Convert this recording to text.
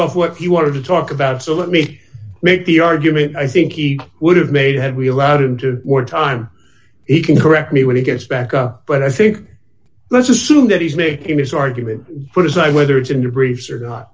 off what he wanted to talk about so let me make the argument i think he would have made had we allowed him to more time he can correct me when he gets back but i think let's assume that he's making his argument put aside whether it's in the briefs or not